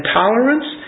tolerance